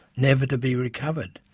never to be recovered.